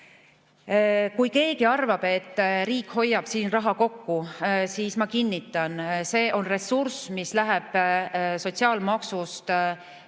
Kui keegi arvab, et riik hoiab siin raha kokku, siis ma kinnitan, et see on ressurss, mis läheb sotsiaalmaksust pensioni